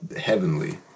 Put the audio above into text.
heavenly